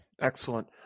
excellent